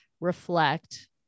reflect